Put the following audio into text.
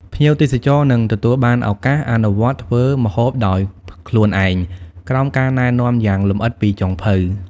ភ្ញៀវទេសចរនឹងទទួលបានឱកាស អនុវត្តធ្វើម្ហូបដោយខ្លួនឯង ក្រោមការណែនាំយ៉ាងលម្អិតពីចុងភៅ ។